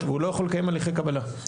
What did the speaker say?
מה הקבוצה המוגדרת?